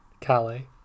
Calais